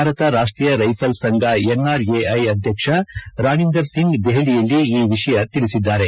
ಭಾರತ ರಾಷ್ಷೀಯ ರೈಫಲ್ಲ್ ಸಂಘ ಏನ್ಆರ್ಎಐ ಅಧ್ಯಕ್ಷ ರಾಣಿಂದರ್ಸಿಂಗ್ ದೆಹಲಿಯಲ್ಲಿ ಈ ವಿಷಯ ತಿಳಿಸಿದ್ದಾರೆ